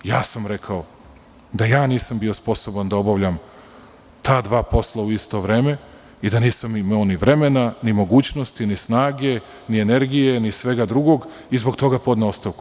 Ja sam rekao da ja nisam bio sposoban da obavljam ta dva posla u isto vreme i da nisam imao ni vremena, ni mogućnosti, ni snage, ni energije, ni svega drugog i zbog toga podneo ostavku.